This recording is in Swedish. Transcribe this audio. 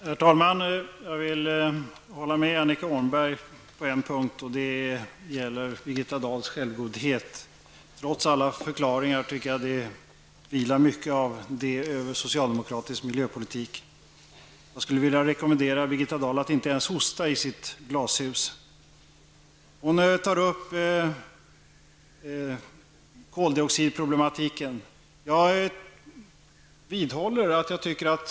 Herr talman! Jag håller med Annika Åhnberg på en punkt. Det gäller då detta med Birgitta Dahls självgodhet. Trots alla förklaringar som har getts tycker jag att socialdemokraternas miljöpolitik i stor utsträckning präglas av just självgodhet. Jag skulle vilja rekommendera Birgitta Dahl att inte ens hosta i sitt glashus. Birgitta Dahl tar upp kolidoxidproblematiken. Jag vidhåller vad jag tidigare har sagt.